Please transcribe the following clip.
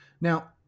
now